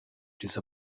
diese